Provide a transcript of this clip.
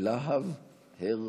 חבר הכנסת הרצנו,